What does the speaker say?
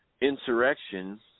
Insurrection